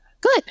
Good